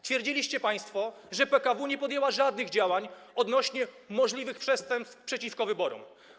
Twierdziliście państwo, że PKW nie podjęła żadnych działań odnośnie do możliwych przestępstw przeciwko wyborom.